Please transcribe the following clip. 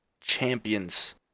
champions